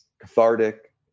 cathartic